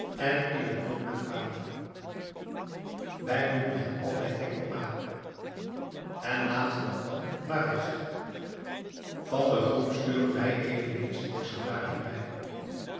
en in een groep met a wij noemen hem altijd enkel a en laten dat dam maar weg van de groep sturen wij eveneens een exemplaar hierbij